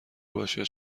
باشه